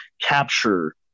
capture